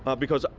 but because,